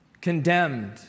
Condemned